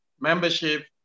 membership